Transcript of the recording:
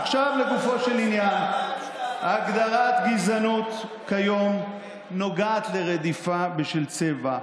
עכשיו לגופו של עניין: הגדרת גזענות כיום נוגעת לרדיפה בשל צבע,